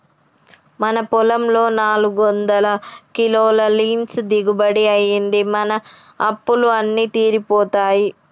మన పొలంలో నాలుగొందల కిలోల లీన్స్ దిగుబడి అయ్యింది, మన అప్పులు అన్నీ తీరిపోతాయి